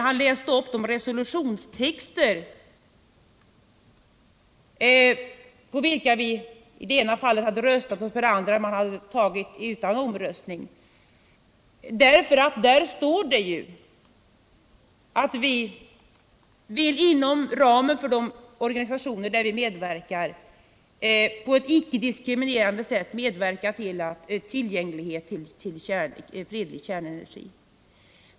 Han läste upp två resolutionstexter — i det ena fallet röstade vi för resolutionstexten och i det andra fallet antogs texten utan omröstning. I dessa resolutionstexter står det ju att vi inom ramen för de organisationer, där vi är med, vill på ett icke diskriminerande sätt medverka till tillgängligheten av fredlig kärnenergi.